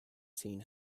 scene